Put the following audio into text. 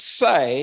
say